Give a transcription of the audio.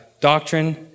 doctrine